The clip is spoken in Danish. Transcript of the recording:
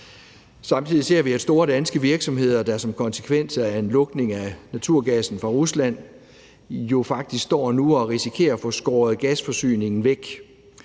Samtidig ser vi, at store danske virksomheder som en konsekvens af lukningen for naturgassen fra Rusland jo faktisk står nu og risikerer at få skåret gasforsyningen væk,